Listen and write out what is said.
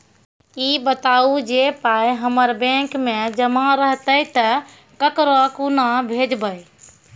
ई बताऊ जे पाय हमर बैंक मे जमा रहतै तऽ ककरो कूना भेजबै?